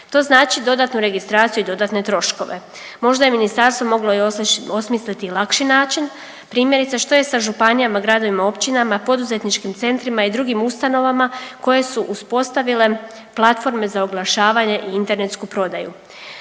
To znači dodatnu registraciju i dodatne troškove. Možda je Ministarstvo moglo i osmisliti lakši način, primjerice, što je sa županijama, gradovima i općinama, poduzetničkim centrima i drugim ustanovama koje su uspostavile platforme za oglašavanje i internetsku prodaju.